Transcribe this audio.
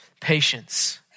patience